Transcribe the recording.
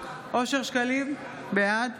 אושר שקלים, בעד